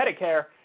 Medicare